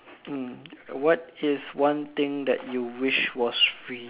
mm what is one thing that you wish was free